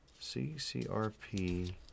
CCRP